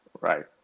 Right